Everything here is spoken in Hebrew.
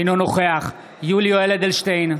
אינו נוכח יולי יואל אדלשטיין,